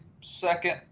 second